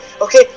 okay